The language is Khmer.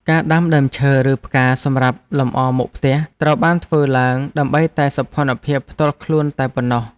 ការដាំដើមឈើឬផ្កាសម្រាប់លម្អមុខផ្ទះត្រូវបានធ្វើឡើង ដើម្បីតែសោភ័ណភាពផ្ទាល់ខ្លួនតែប៉ុណ្ណោះ។